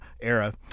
Era